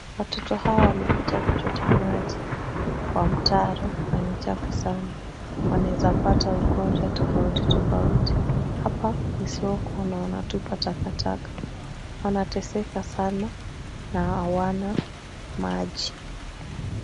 Watoto hawa wamekuja kuchota maji kwa mtaro na ni chafu sana, wanaeza pata ugonjwa tofauti tofauti. Hapa ni soko na wanatupa takataka. Wanateseka sana na hawana maji.